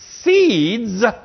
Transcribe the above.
seeds